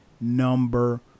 number